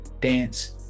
dance